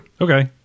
Okay